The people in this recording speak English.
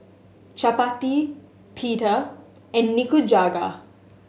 Chapati Pita and Nikujaga